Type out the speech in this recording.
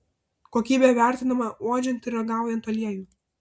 kokybė vertinama uodžiant ir ragaujant aliejų